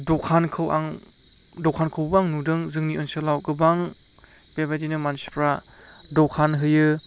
दखानखौ आं दखानखौबो आं नुदों जोंनि ओनसोलाव गोबां बेबायदिनो मानसिफ्रा दखान होयो